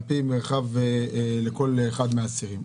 על פי מרחב לכל אחד מהאסירים.